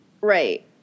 right